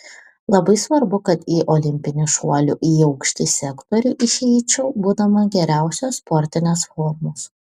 labai svarbu kad į olimpinį šuolių į aukštį sektorių išeičiau būdama geriausios sportinės formos